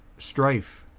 strife,